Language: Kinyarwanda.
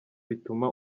bituma